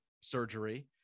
surgery